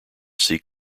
seek